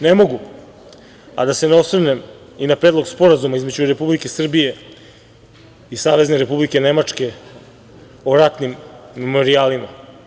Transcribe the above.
Ne mogu a da se ne osvrnem i na Predlog sporazuma između Republike Srbije i Savezne Republike Nemačke o ratnim memorijalima.